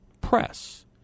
press